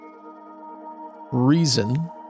reason